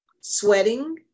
sweating